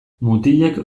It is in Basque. mutilek